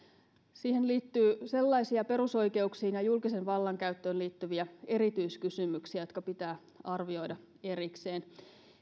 siihen liittyy sellaisia perusoikeuksiin ja julkisen vallan käyttöön liittyviä erityiskysymyksiä jotka pitää arvioida erikseen